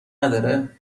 نداره